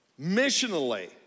missionally